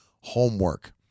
homework